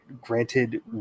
granted